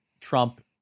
trump